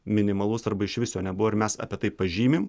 minimalus arba iš viso nebuvo ir mes apie tai pažymim